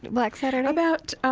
black saturday? about,